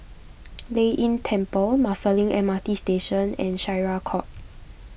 Lei Yin Temple Marsiling M R T Station and Syariah Court